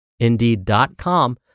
indeed.com